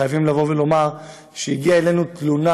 חייבים לומר שהגיעה אלינו תלונה,